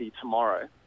tomorrow